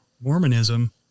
Mormonism